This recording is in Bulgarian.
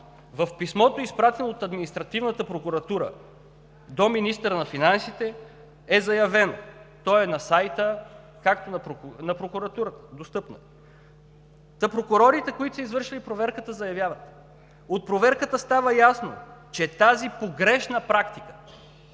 в писмото, изпратено от Административната прокуратура до министъра на финансите, е заявено… То е на сайта на Прокуратурата, достъпно е. Та прокурорите, които са извършили проверката, заявяват: „От проверката става ясно, че тази погрешна практика